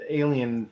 alien